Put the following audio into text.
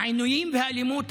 העינויים והאלימות